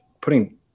putting